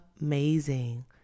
amazing